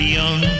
young